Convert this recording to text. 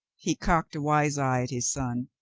he cocked a wise eye at his son.